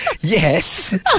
Yes